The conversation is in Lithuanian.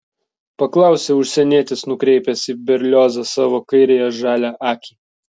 paklausė užsienietis nukreipęs į berliozą savo kairiąją žalią akį